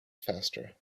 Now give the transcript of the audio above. faster